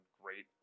great